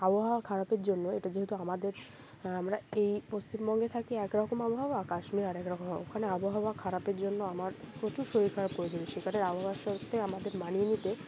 আবহাওয়া খারাপের জন্য এটা যেহেতু আমাদের আমরা এই পশ্চিমবঙ্গে থাকি একরকম আবহাওয়া কাশ্মীরে আরেকরকম ওখানে আবহাওয়া খারাপের জন্য আমার প্রচুর শরীর খারাপ করেছিল সেখানের আবহাওয়ার আমাদের মানিয়ে নিতে